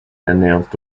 announced